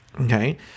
okay